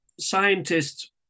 scientists